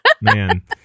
man